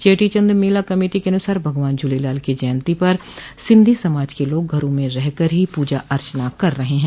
चेटीचंद मेला कमेटी के अनुसार भगवान झूलेलाल की जयन्ती पर सिंधी समाज के लोग घरों में रहकर ही पूजा अर्चना कर रहे हैं